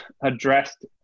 addressed